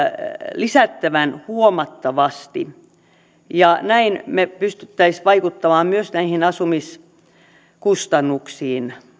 lisättävän huomattavasti näin me pystyisimme vaikuttamaan myös näihin asumiskustannuksiin